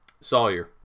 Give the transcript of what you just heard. Sawyer